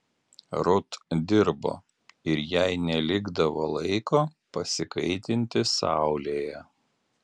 rut dirbo ir jai nelikdavo laiko pasikaitinti saulėje